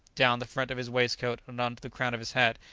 down the front of his waistcoat, and on the crown of his hat,